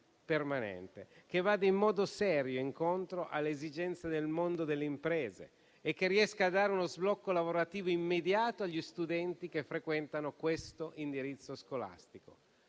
permanente, che vada in modo serio incontro alle esigenze del mondo delle imprese e che riesca a dare uno sbocco lavorativo immediato agli studenti che frequentano questo indirizzo scolastico.